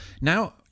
now